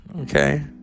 Okay